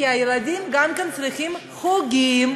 כי הילדים צריכים גם חוגים,